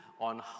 on